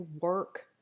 work